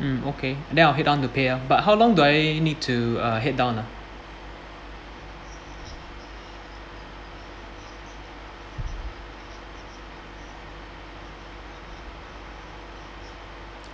mm okay then I'll head down to pay lor but how long do I need to uh head down ah